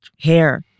hair